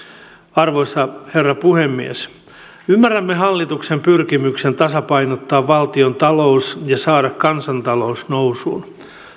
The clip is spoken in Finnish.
arvoisa herra puhemies ymmärrämme hallituksen pyrkimyksen tasapainottaa valtiontalous ja saada kansantalous nousuun